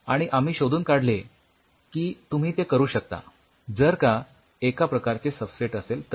आणि आम्ही शोधून काढले की तुम्ही ते करू शकता जर का एका प्रकारचे सबस्ट्रेट असेल तर